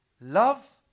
love